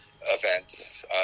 events